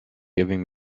giving